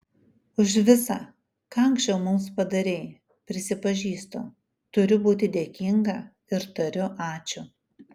už visa ką anksčiau mums padarei prisipažįstu turiu būti dėkinga ir tariu ačiū